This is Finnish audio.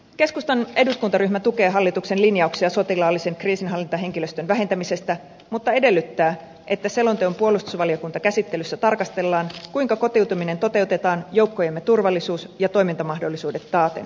keskustan eduskuntaryhmä tukee hallituksen linjauksia sotilaallisen kriisinhallintahenkilöstön vähentämisestä mutta edellyttää että selonteon puolustusvaliokuntakäsittelyssä tarkastellaan kuinka kotiutuminen toteutetaan joukkojemme turvallisuus ja toimintamahdollisuudet taaten